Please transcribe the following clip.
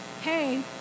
hey